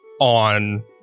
on